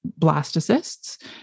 blastocysts